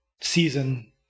season